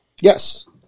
Yes